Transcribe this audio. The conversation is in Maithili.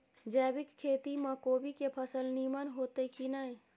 जैविक खेती म कोबी के फसल नीमन होतय की नय?